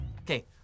Okay